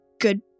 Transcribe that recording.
good